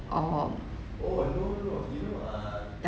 or